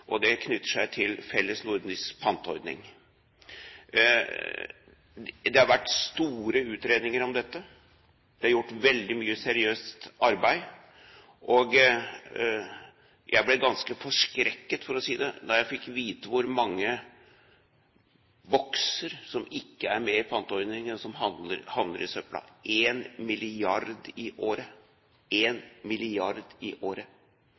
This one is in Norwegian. knytter seg til en felles nordisk panteordning. Det har vært store utredninger om dette, det er gjort veldig mye seriøst arbeid, og jeg ble ganske forskrekket – for å si det – da jeg fikk vite hvor mange bokser som ikke er med i panteordningen, men som havner i søpla: en milliard i året – en milliard i året!